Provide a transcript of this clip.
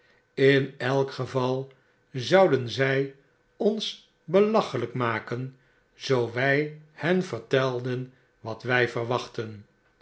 in elk gjeval zouden zy ons belachelyk maken zoo wy hen vertelden wat wy verwachtten